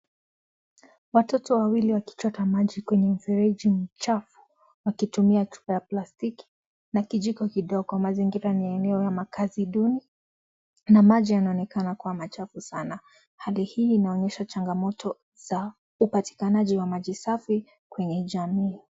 Watoto wawili wakichota maji kwenye mfereji mchafu, wakitumia chupa ya plastiki na kijiko kidogo, mazingira ni ya makazi funi, na maji yanaonekana kuwa machafu sana, hali hii inaonyesha changamoto, za, upatikanaji wa maji safi, kwenye jamii.